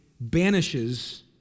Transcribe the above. banishes